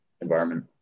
environment